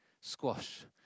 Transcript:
squash